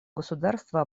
государства